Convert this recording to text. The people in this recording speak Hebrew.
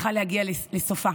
צריכה להגיע לסופה.